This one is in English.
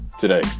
today